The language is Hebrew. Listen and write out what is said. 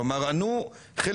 כלומר ענו חלקית,